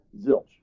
zilch